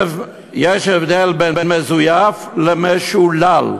יש הבדל בין מזויף למשולל.